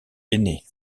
aînée